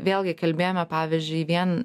vėlgi kalbėjome pavyzdžiui vien